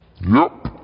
Nope